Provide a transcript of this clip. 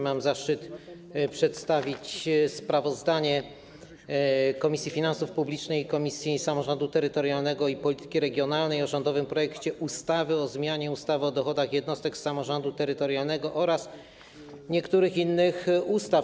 Mam zaszczyt przedstawić sprawozdanie Komisji Finansów Publicznych i Komisji Samorządu Terytorialnego i Polityki Regionalnej o rządowym projekcie ustawy o zmianie ustawy o dochodach jednostek samorządu terytorialnego oraz niektórych innych ustaw.